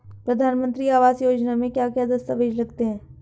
प्रधानमंत्री आवास योजना में क्या क्या दस्तावेज लगते हैं?